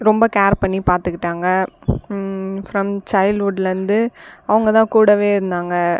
ரொம்ப கேர் பண்ணி பார்த்துக்கிட்டாங்க ஃப்ரம் சைல்ட்ஹுட்லேருந்து அவங்க தான் கூடவே இருந்தாங்கள்